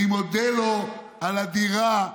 אני מודה לו על הדירה,